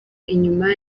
inyuma